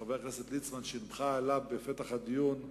חבר הכנסת ליצמן, שמך עלה בפתח הדיון.